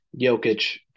Jokic